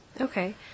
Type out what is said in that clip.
Okay